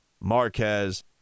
Marquez